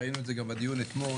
ראינו את זה גם בדיון אתמול.